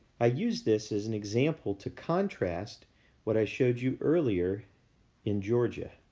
i use this as an example to contrast what i showed you earlier in georgia.